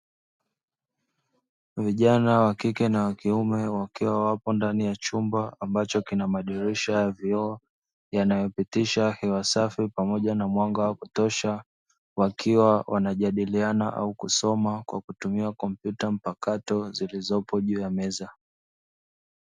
Vijana wa kike na wa kiume wakiwa wapo ndani ya chumba ambacho kina madirisha ya vioo yanayopitisha hewa safi pamoja na mwanga wa kutosha, wakiwa wanajadiliana au kusoma kwa kutumia kompyuta mpakato zilizopo juu ya meza.